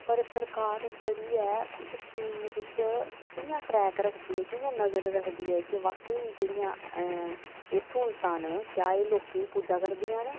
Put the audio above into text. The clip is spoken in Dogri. पर सरकार जेह्ड़ी ऐ उसी स्कीम च कियां ट्रैक कियां नज़र रक्खदी ऐ कि वाकई जेह्ड़ियां सूह्लतां न एह् क्या लोकें गी पुज्जा करदियां न